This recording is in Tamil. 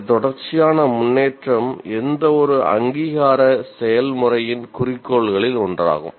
இந்த தொடர்ச்சியான முன்னேற்றம் எந்தவொரு அங்கீகார செயல்முறையின் குறிக்கோள்களில் ஒன்றாகும்